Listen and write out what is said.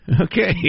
Okay